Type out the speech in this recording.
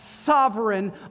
sovereign